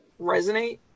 resonate